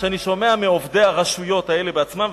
כשאני שומע מעובדי הרשויות האלה עצמם,